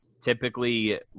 typically